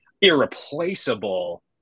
irreplaceable